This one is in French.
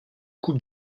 coupe